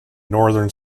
northern